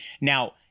Now